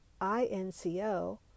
INCO